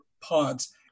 pods